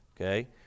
okay